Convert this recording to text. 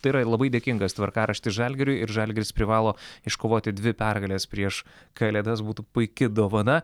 tai yra labai dėkingas tvarkaraštis žalgiriui ir žalgiris privalo iškovoti dvi pergales prieš kalėdas būtų puiki dovana